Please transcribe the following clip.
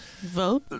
vote